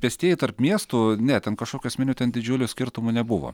pėstieji tarp miestų ne ten kažkokių esminių ten didžiulių skirtumų nebuvo